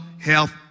health